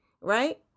Right